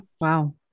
Wow